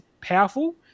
powerful